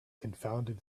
confounded